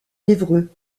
évreux